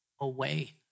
away